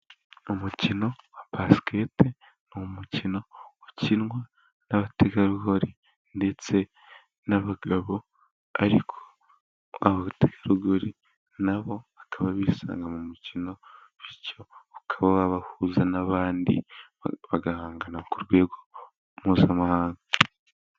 Umukino wa basiketi ni umukino ukinwa n'abategarugori ndetse n'abagabo, ariko abategarugori nabo bakaba bisanga mu mukino, bityo ukaba wabahuza n'abandi bagahangana ku rwego mpuzamahanga.